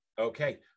Okay